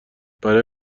برای